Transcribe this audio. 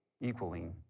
equaling